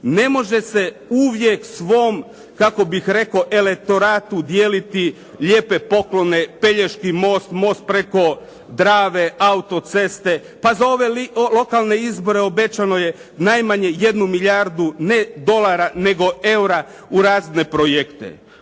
ne može se uvijek svom kako bih rekao elektoratu dijeliti lijepe poklone, Pelješki most, most preko Drave, autoceste. Pa za ove lokalne izbore obećano je najmanje jednu milijardu ne dolara nego eura u razne projekte.